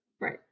right